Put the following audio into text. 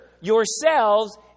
yourselves